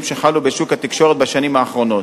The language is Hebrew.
שחלו בשוק התקשורת בשנים האחרונות,